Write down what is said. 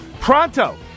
Pronto